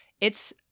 it's-